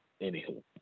Anywho